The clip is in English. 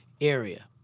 area